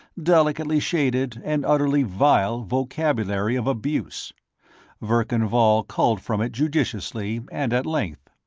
delicately-shaded, and utterly vile vocabulary of abuse verkan vall culled from it judiciously and at length.